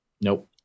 Nope